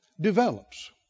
develops